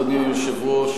אדוני היושב-ראש,